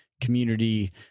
community